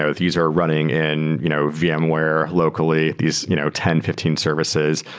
ah these are running in you know vmware locally, these you know ten, fifteen services.